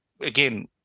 again